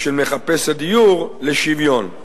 של מחפש הדיור לשוויון.